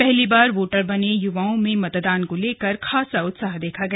पहली बार वोटर बने युवाओं में मतदान को लेकर खासा उत्साह देखा गया